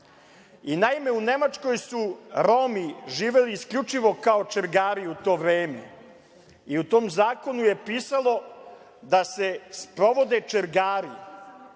zakonima. Naime, u Nemačkoj su Romi živeli isključivo kao čergari u to vreme i u tom zakonu je pisalo da se sprovode čergari